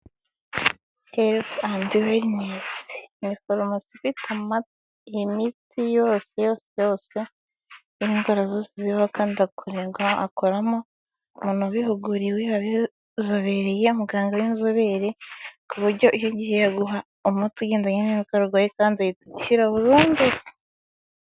Health and Wellness, ni forumasi ifite imiti yose yose yo mu ndwara zose zibaho kandi hakoramo umuntu ubihuguriwe wabizobereye muganga w'inzobere, ku buryo iyo ugiyeyo aguha umuti ugendanye n'indwara urwaye kandi uhita ukira burundu.